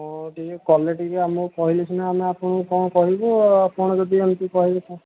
ହଁ ଟିକେ କଲେ ଟିକେ ଆମକୁ କହିଲେ ସିନା ଆମେ ଆପଣଙ୍କୁ କ'ଣ କହିବୁ ଆଉ ଆପଣ ଯଦି ଏମିତି କହିବେ